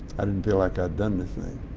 i didn't feel like i had done anything.